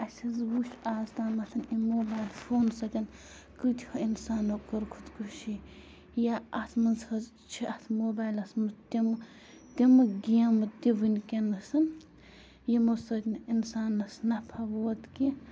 اَسہِ حظ وٕچھ آز تامَتھ اَمہِ موبایِل فونہٕ سۭتۍ کۭتۍہو اِنسانو کوٚر خودکُشی یا اَتھ منٛز حظ چھِ اَتھ موبایلَس منٛز تِمہٕ تِمہٕ گیمہٕ تہِ وٕنۍکٮ۪نَس یِمو سۭتۍ نہٕ اِنسانَس نَفَع ووت کیٚنہہ